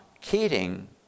Keating